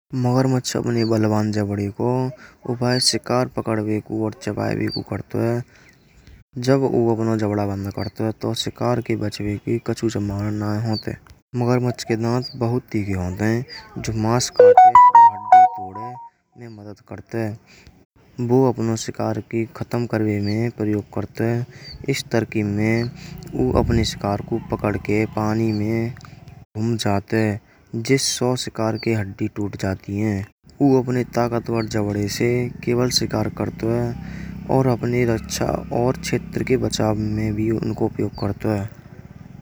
मगरमच्छ अपने बलवान जबड़े को उपाय सहकर पकड़ने को करता है। चबायवे को करता है। जब वा अपना जबड़ा बाहर निकालता है तो। शिकार के बचने के कुछ संभावनाएं न होत हैं। मगरमच्छ के दांत बहुत तीखे होत हैं। जो मांस का जोड़ में मदद करते हैं। बो अपने शिकार का खत्म करने के लिए प्रयोग करते हैं। इस तरकीब में वे अपने शिकार को पकड़के पानी में घुल जात हैं। जिस सौ शिकार की हड्डी टूट जाती है। वो अपने ताकतवर जबड़े से केवल शिकार करता है। और अपने रक्षा और क्षेत्र के बचाव में भी उनको उपयोग करता है।